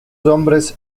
hombres